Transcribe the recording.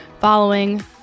following